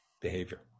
behavior